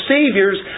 Savior's